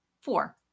Four